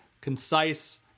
concise